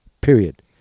period